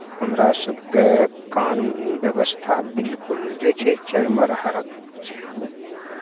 हमरा सभके कानून व्यवस्था बिलकुल जे छै चरमर हालतिमे छै